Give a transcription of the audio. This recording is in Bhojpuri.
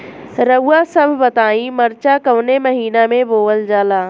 रउआ सभ बताई मरचा कवने महीना में बोवल जाला?